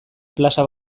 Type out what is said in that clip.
plaza